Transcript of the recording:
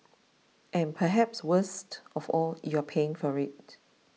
and perhaps worst of all you are paying for it